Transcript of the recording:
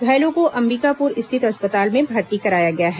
घायलों को अंबिकापुर स्थित अस्पताल में भर्ती कराया गया है